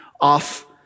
off